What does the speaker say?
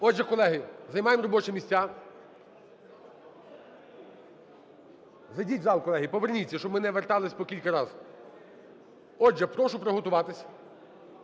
Отже, колеги, займаємо робочі місця, зайдіть в зал. Колеги, поверніться, щоб ми не поверталися по кілька раз. Отже, прошу приготуватися.